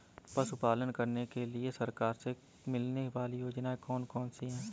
पशु पालन करने के लिए सरकार से मिलने वाली योजनाएँ कौन कौन सी हैं?